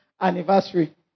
anniversary